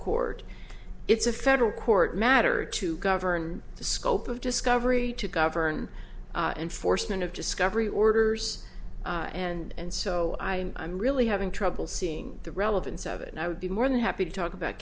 court it's a federal court matter to govern the scope of discovery to govern enforcement of discovery orders and so i am really having trouble seeing the relevance of it and i would be more than happy to talk about